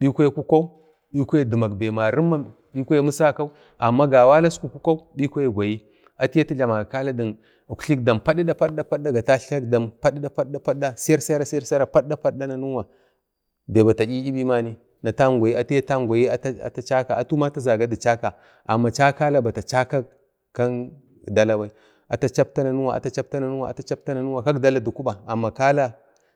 bikwa kukau bi kwa dim marimma bi kwa misakau, gawala askuk kukau bikwaya gwayi atu jlamaga kala dik uk'yek dam padida-padida, ser-sera padida-padida, ser-sera ser-sera nanuwa be bata 'yi 'yibimani atuyi atangwayi atchaka atuma atuzaga da chaka ama chakala bata kan dala bai atchapta nanuwa atachapta nanuwa dala dukuba amma kala